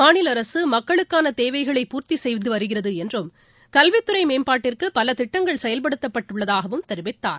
மாநில அரசு மக்களுக்கான தேவைகளை பூர்த்தி செய்துவருகிறது என்றும் கல்வித் துறை மேம்பாட்டிற்கு பல திட்டங்கள் செயல்படுத்தப்பட்டு உள்ளதாகவும் தெரிவித்தார்